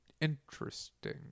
interesting